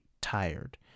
tired